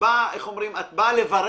באה לברך,